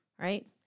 right